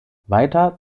weiter